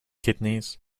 kidneys